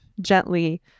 gently